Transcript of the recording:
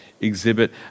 exhibit